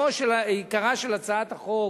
עיקרה של הצעת החוק